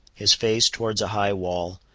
his face towards a high wall,